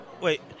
wait